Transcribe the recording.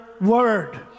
word